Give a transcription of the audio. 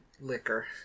liquor